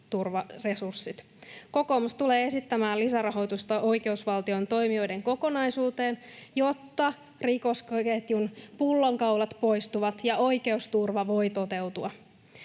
Kokoomus tulee esittämään lisärahoitusta oikeusvaltion toimijoiden kokonaisuuteen, jotta rikosketjun pullonkaulat poistuvat ja oikeusturva voi toteutua.